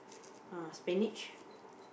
uh spinach